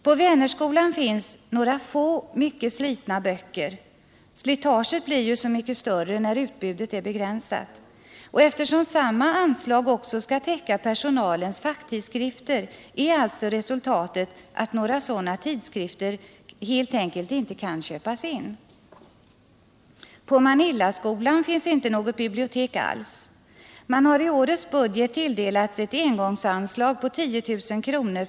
På Vänerskolan finns några få, mycket slitna böcker — slitaget blir ju så mycket större när utbudet är begränsat — och eftersom anslaget också skall täcka personalens facktidskrifter blir resultatet att några sådana tidskrifter helt enkelt inte kan köpas in. På Manillaskolan finns inte något bibliotek alls. Man har i årets budget tilldelats ett engångsanslag på 10 000 kr.